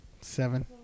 Seven